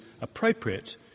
appropriate